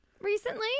recently